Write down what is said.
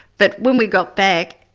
but when we got back,